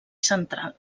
central